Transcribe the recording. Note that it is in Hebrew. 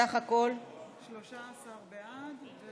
סך הכול 13 בעד,